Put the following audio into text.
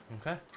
Okay